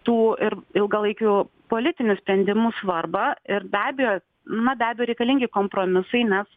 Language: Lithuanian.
tų ir ilgalaikių politinių sprendimų svarbą ir be abejo na be abejo reikalingi kompromisai nes